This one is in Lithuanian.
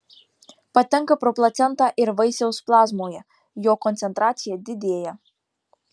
patenka pro placentą ir vaisiaus plazmoje jo koncentracija didėja